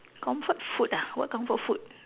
comfort food ah what comfort food